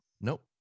Nope